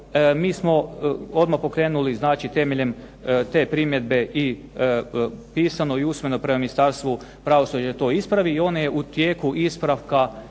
Mi smo odmah pokrenuli znači temeljem te primjedbe i pisano i usmeno prema Ministarstvu pravosuđa da to ispravi i ono je u tijeku ispravka,